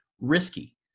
risky